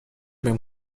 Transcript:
بهم